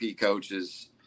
coaches